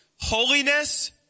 holiness